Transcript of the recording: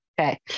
Okay